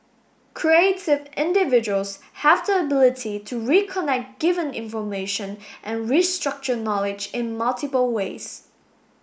creative individuals have the ability to reconnect given information and restructure knowledge in multiple ways